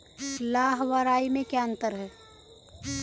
लाह व राई में क्या अंतर है?